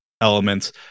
elements